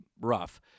rough